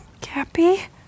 Cappy